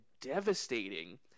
devastating